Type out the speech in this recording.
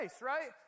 right